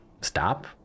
Stop